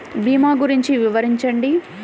భీమా గురించి వివరించండి?